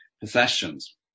Possessions